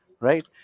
right